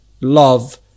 love